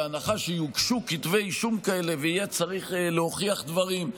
בהנחה שיוגשו כתבי אישום כאלה ויהיה צריך להוכיח דברים.